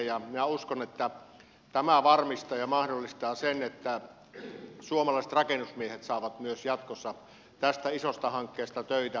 minä uskon että tämä varmistaa ja mahdollistaa sen että suomalaiset rakennusmiehet saavat myös jatkossa tästä isosta hankkeesta töitä